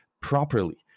properly